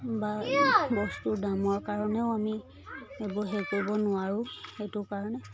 বা বস্তুৰ দামৰ কাৰণেও আমি এইবোৰ হেৰি কৰিব নোৱাৰো সেইটো কাৰণে